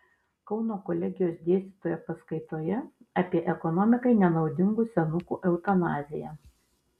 kauno kolegijos dėstytoja paskaitoje apie ekonomikai nenaudingų senukų eutanaziją